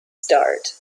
start